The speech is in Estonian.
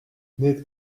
need